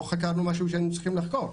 לא חקרנו משהו שהיינו צריכים לחקור.